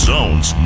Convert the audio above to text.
Zone's